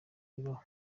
bibaho